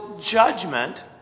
judgment